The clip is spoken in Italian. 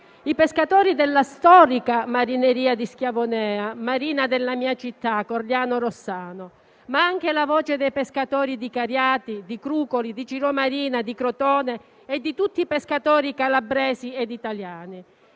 pescatori della storica marineria di Marina di Schiavonea, nella mia città, Corigliano-Rossano. Porto anche la voce dei pescatori di Cariati, Crucoli, Cirò Marina e Crotone e di tutti i pescatori calabresi e italiani.